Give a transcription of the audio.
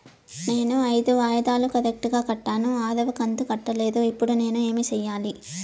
నేను ఐదు వాయిదాలు కరెక్టు గా కట్టాను, ఆరవ కంతు కట్టలేదు, ఇప్పుడు నేను ఏమి సెయ్యాలి?